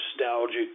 nostalgic